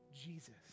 Jesus